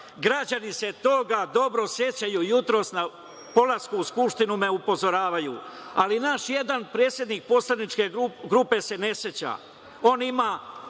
Građani se toga dobro sećaju, jutros na polasku u Skupštinu me upozoravaju. Naš jedan predsednik poslaničke grupe se ne seća,